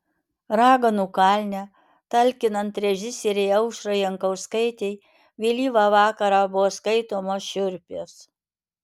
raganų kalne talkinant režisierei aušrai jankauskaitei vėlyvą vakarą buvo skaitomos šiurpės